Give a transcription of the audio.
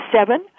seven